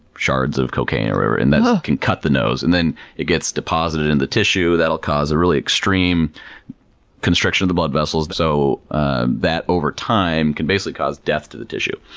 shards of cocaine or whatever and that can cut the nose and then it gets deposited in the tissue. that'll cause a really extreme constriction of the blood vessels. so ah that, over time, can basically cause death to the tissue.